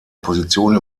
position